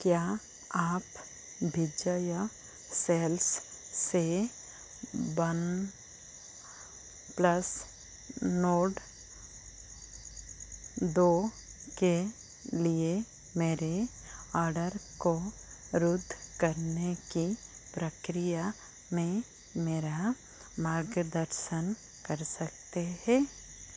क्या आप विजय सेल्स से वन प्लस नॉर्ड दो के लिए मेरे ऑर्डर को रुद्द करने की प्रक्रिया में मेरा मार्गदर्शन कर सकते हैं